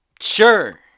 Sure